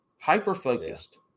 hyper-focused